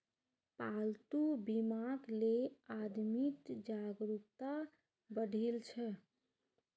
पालतू बीमाक ले आदमीत जागरूकता बढ़ील छ